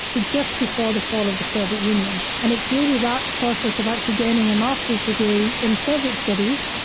to just before the fall of the soviet union. and it's really that process of actually getting a master's degree in soviet studies,